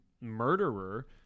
murderer